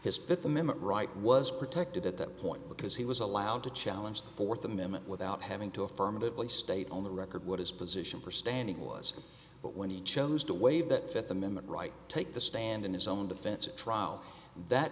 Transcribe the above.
his fifth amendment right was protected at that point because he was allowed to challenge the fourth amendment without having to affirmatively state on the record what his position for standing was but when he chose to waive that fifth amendment right to take the stand in his own defense trial that